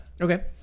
Okay